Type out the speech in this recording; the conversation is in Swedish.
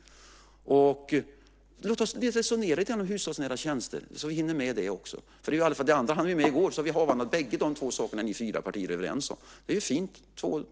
Låt oss resonera lite grann om hushållsnära tjänster så vi hinner med det också. Det andra hann vi ju med i går. Då har vi avhandlat båda de saker som ni fyra partier är överens om. Det är ju fint; två saker.